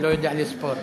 לא קראת אותי.